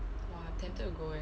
!wah! tempted to go eh